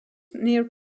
near